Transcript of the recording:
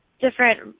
different